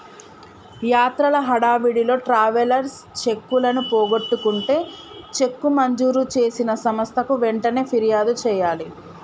యాత్రల హడావిడిలో ట్రావెలర్స్ చెక్కులను పోగొట్టుకుంటే చెక్కు మంజూరు చేసిన సంస్థకు వెంటనే ఫిర్యాదు చేయాలి